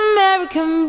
American